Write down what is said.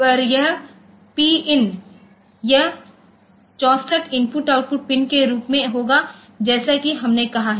तो यह PIND यह 64 IO पिन के रूप में होगा जैसा कि हमने कहा है